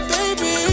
Baby